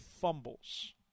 fumbles